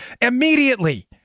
Immediately